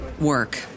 work